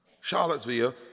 Charlottesville